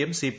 M CP